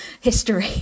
history